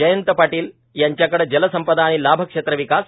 जयंत पाटील यांच्याकडे जलसंपदा आणि लाभक्षेत्र विकास